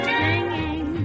singing